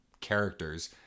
characters